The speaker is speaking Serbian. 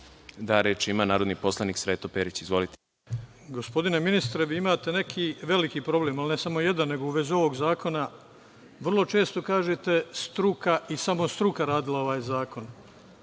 (Da)Reč ima narodni poslanik Sreto Perić. Izvolite. **Sreto Perić** Gospodine ministre, vi imate neki veliki problem, ali ne samo jedan, nego u vezi ovog zakona, vrlo često kažete – struka i samo struka je radila ovaj zakon.